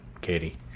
Katie